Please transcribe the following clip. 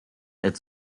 its